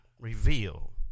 reveal